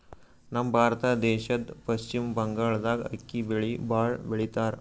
ನಮ್ ಭಾರತ ದೇಶದ್ದ್ ಪಶ್ಚಿಮ್ ಬಂಗಾಳ್ದಾಗ್ ಅಕ್ಕಿ ಬೆಳಿ ಭಾಳ್ ಬೆಳಿತಾರ್